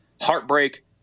heartbreak